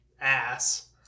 ass